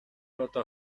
одоо